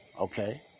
Okay